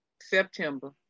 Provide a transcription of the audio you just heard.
September